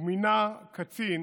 הוא מינה קצין